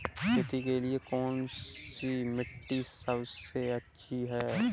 खेती के लिए कौन सी मिट्टी सबसे अच्छी है?